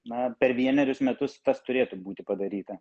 na per vienerius metus tas turėtų būti padaryta